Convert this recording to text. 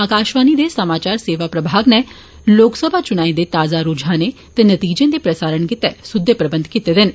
आकाशवाणी दे समाचार सेवा प्रभाग नै लोकसभा चुनाएं दे ताजा रुझाने ते नतीजें दे प्रसारण गितै सुद्दे प्रबंध कीते देन